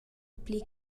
pli